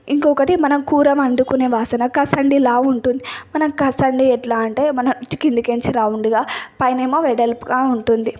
ఇంకొకటి మన కూర వండుకునే బాసన కాసండీ లావు ఉంటుంది మనం కాసండీ ఎట్లా అంటే మనం కింద నుంచి రౌండ్గా పైనేమో వెడల్పుగా ఉంటుంది